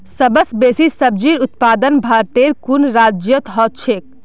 सबस बेसी सब्जिर उत्पादन भारटेर कुन राज्यत ह छेक